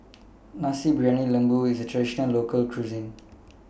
Nasi Briyani Lembu IS A Traditional Local Cuisine